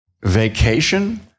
Vacation